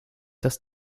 das